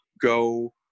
go